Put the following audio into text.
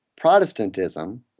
Protestantism